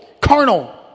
carnal